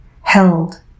held